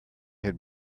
had